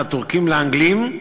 מהטורקים לאנגלים,